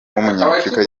w’umunyafurika